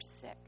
sick